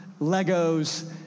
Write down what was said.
Legos